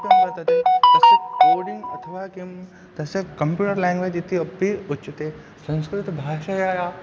वर्तते तस्य कोर्डिङ्ग् अथवा किं तस्य कम्प्यूटर् लाङ्ग्वेज् इति अपि उच्यते संस्कृतभाषया